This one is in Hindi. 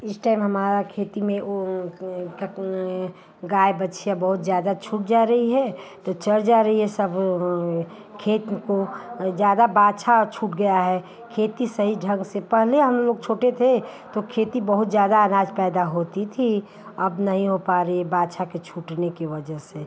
इस टाइम हमारी खेती में वह क्या है गाय बछिया बहुत जादा छूट जा रही है तो चर जा रही है सब खेत को ज़्यादा बाछा छूट गया है खेती सही ढंग से पहले हम लोग छोटे थे तो खेती बहुत ज़्यादा अनाज पैदा होता था अब नहीं हो पा रहा है बाछा के छूटने की वजह से